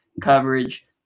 coverage